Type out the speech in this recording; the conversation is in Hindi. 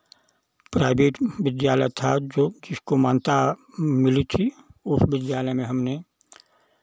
प्राइवेट विद्यालय था जो जिसको मान्यता मिली थी उस विद्यालय में हमने